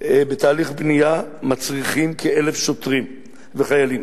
בתהליך בנייה מצריך כ-1,000 שוטרים וחיילים,